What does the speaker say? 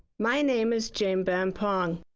my name is jane bempong.